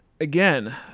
again